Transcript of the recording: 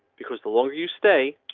because the longer you stay.